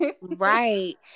right